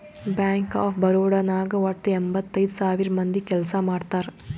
bank of Baroda ನಾಗ್ ವಟ್ಟ ಎಂಭತ್ತೈದ್ ಸಾವಿರ ಮಂದಿ ಕೆಲ್ಸಾ ಮಾಡ್ತಾರ್